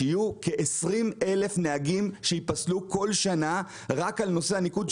שיהיו כ-20,000 נהגים שייפסלו כל שנה רק על נושא הניקוד,